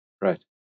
Right